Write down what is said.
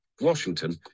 Washington